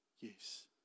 yes